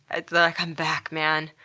and like i'm back man.